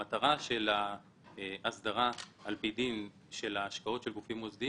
המטרה של ההסדרה על פי דין של ההשקעות של גופים מוסדיים